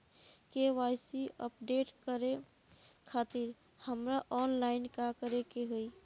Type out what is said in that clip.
KYC update करे खातिर हमरा ऑनलाइन का करे के होई?